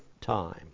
time